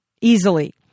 easily